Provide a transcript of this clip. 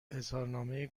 اظهارنامه